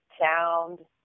sound